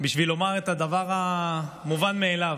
את הדבר המובן מאליו: